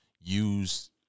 use